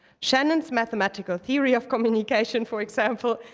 shannon's mathematical theory of communication, for example,